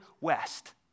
West